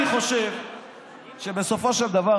אני חושב שבסופו של דבר,